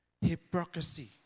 hypocrisy